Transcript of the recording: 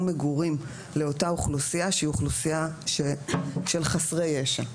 מגורים לאותה אוכלוסייה שהיא אוכלוסייה של חסרי ישע,